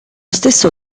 stesso